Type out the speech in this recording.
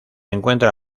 encuentra